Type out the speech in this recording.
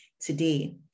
today